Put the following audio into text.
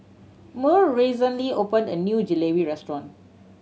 Murl recently opened a new Jalebi Restaurant